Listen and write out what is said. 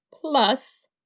plus